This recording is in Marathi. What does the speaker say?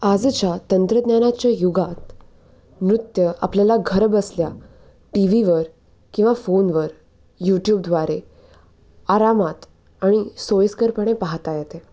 आजच्या तंत्रज्ञानाच्या युगात नृत्य आपल्याला घरबसल्या टी व्हीवर किंवा फोनवर यूट्यूबद्वारे आरामात आणि सोयीस्करपणे पाहता येते